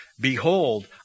behold